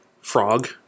Frog